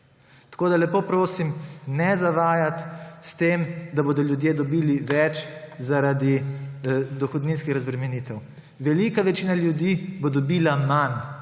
Tako da lepo prosim, ne zavajati s tem, da bodo ljudje dobili več zaradi dohodninskih razbremenitev. Velika večina ljudi bo dobila manj.